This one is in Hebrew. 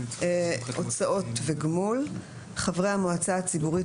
הוצאות וגמול 6. חברי המועצה הציבורית